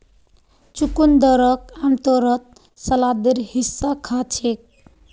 चुकंदरक आमतौरत सलादेर हिस्सा खा छेक